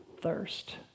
thirst